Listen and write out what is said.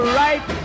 right